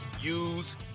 use